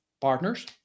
partners